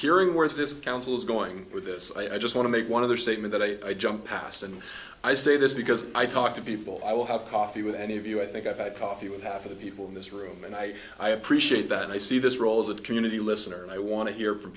hearing where this council is going with this i just want to make one of their statement that i jump past and i say this because i talk to people i will have coffee with any of you i think i've had coffee with half of the people in this room and i i appreciate that and i see this role as a community listener and i want to hear from